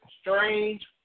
Strange